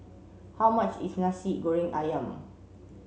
how much is Nasi Goreng Ayam